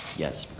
yes.